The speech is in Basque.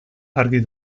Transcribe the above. argi